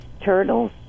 turtles